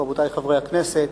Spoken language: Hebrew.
רבותי חברי הכנסת,